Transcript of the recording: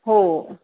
हो